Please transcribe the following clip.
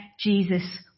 Jesus